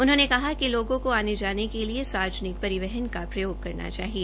उन्होंने कहा कि लोगों को आने जाने के लिए सार्वजनिक परिवहन का प्रयोग करना चाहिए